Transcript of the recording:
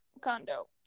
condo